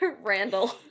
Randall